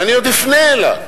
ואני עוד אפנה אליו,